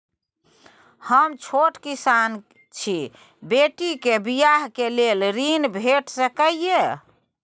हम छोट किसान छी, बेटी के बियाह लेल ऋण भेट सकै ये?